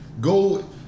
go